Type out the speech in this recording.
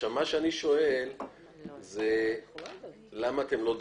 עכשיו מה שאני שואל הוא למה אתם לא דוחפים.